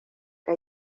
que